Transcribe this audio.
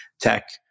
Tech